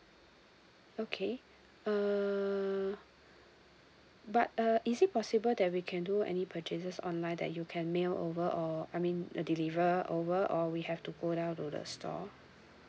okay uh but uh is it possible that we can do any purchases online that you can mail over or I mean uh deliver over or we have to go down to the store